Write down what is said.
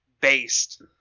based